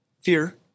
Fear